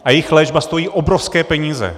A jejich léčba stojí obrovské peníze.